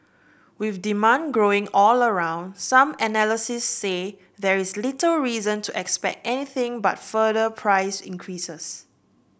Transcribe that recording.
with demand growing all around some analysts say there is little reason to expect anything but further price increases